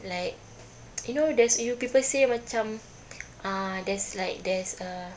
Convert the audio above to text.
like you know there's you people say macam uh there's like there's a